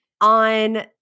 on